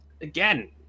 again